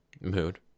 mood